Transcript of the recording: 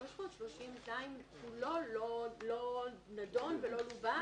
סעיף 330ז כולו לא נדון ולא לובן.